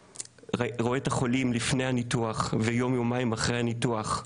רואה את החולים לפני הניתוח ויום או יומיים אחרי הניתוח,